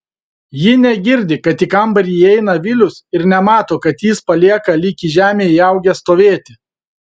ji negirdi kad į kambarį įeina vilius ir nemato kad jis palieka lyg į žemę įaugęs stovėti